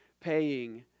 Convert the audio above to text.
paying